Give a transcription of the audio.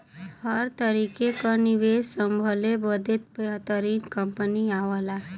हर तरीके क निवेस संभले बदे बेहतरीन कंपनी आवला